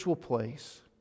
place